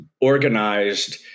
organized